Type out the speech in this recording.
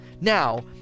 Now